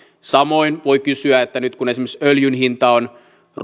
samoin voi kysyä nyt kun esimerkiksi öljyn hinta on